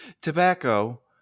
tobacco